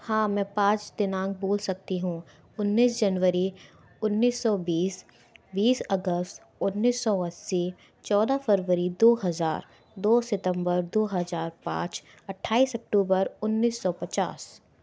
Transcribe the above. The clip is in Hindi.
हाँ मैं पाँच दिनांक बोल सकती हूँ उन्नीस जनवरी उन्नीस सौ बीस बीस अगस्त उन्नीस सौ अस्सी चौदह फरवरी दो हजार दो सितंबर दो हजार पाँच अठाईस अक्टूबर उन्नीस सौ पचास